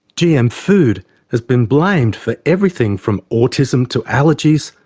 gm food has been blamed for everything from autism to allergies,